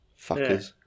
fuckers